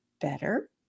better